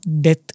death